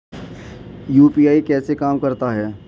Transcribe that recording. UPI कैसे काम करता है?